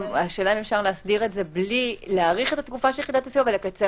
השאלה אם אפשר לעשות את זה בלי להאריך את התקופה של יחידת הסיוע ולקצר-